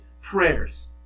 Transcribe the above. prayers